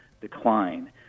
decline